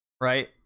Right